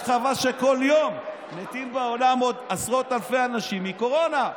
רק חבל שכל יום מתים בעולם עוד עשרות אלפי אנשים מקורונה.